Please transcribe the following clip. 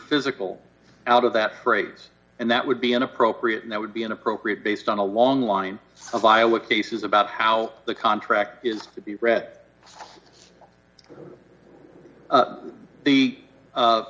physical out of that phrase and that would be inappropriate and that would be inappropriate based on a long line of iowa cases about how the contract is to be read the